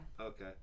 Okay